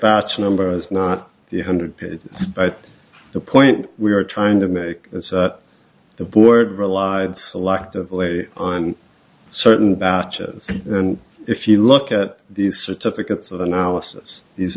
batch number is not the hundred period the point we were trying to make the board relied selectively on certain batches and if you look at the certificates of analysis these